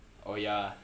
oh ya